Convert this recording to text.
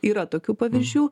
yra tokių pavyzdžių